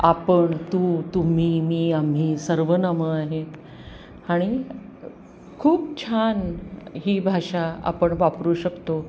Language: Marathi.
आपण तू तुम्ही मी आम्ही सर्वनामं आहेत आणि खूप छान ही भाषा आपण वापरू शकतो